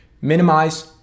minimize